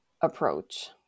approach